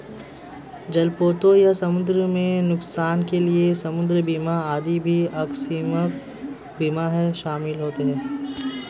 जलपोतों या समुद्र में नुकसान के लिए समुद्र बीमा आदि भी आकस्मिक बीमा में शामिल होते हैं